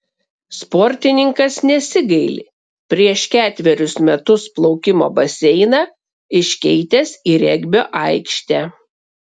sportininkas nesigaili prieš ketverius metus plaukimo baseiną iškeitęs į regbio aikštę